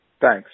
thanks